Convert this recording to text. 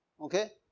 Okay